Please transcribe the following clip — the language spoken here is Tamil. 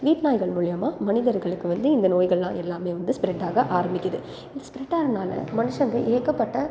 வீட்டு நாய்கள் மூலிமா மனிதர்களுக்கு வந்து இந்த நோய்கள்லாம் எல்லாமே வந்து ஸ்ப்ரெட் ஆக ஆரம்பிக்குது இந்த ஸ்ப்ரெட் ஆகறதுனால மனுஷங்க ஏகப்பட்ட